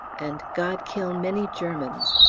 and god kill many germans,